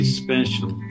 special